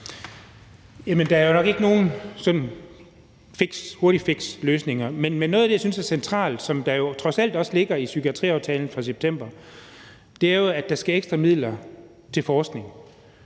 Der er jo nok ikke nogen hurtige løsninger, men noget af det, som jeg synes er centralt, og som der jo trods alt også ligger i psykiatriaftalen fra september, er jo, at der skal ekstra midler til forskning.